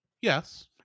yes